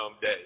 Day